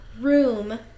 room